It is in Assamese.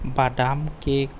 বাদাম কে'ক